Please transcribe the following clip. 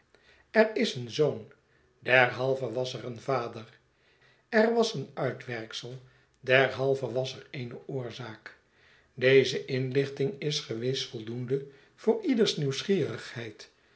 er is een zoon derhalve was er een vader er is een uitwerksel derhalve was er eene oorzaak deze inlichting is gewis voldoende voor ieders